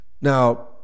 Now